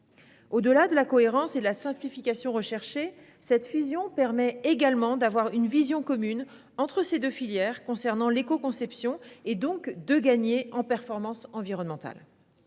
Au-delà de la cohérence et de la simplification recherchées, cette fusion permet également d'avoir une vision commune entre ces deux filières concernant l'écoconception, et partant, de gagner en performance environnementale.